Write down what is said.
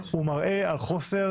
הוא מראה על חוסר